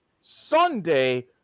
Sunday